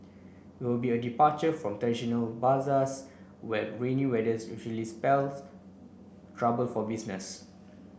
it will be a departure from traditional bazaars where rainy weathers usually spells trouble for business